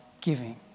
giving